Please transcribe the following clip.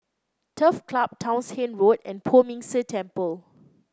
Turf Club Townshend Road and Poh Ming Tse Temple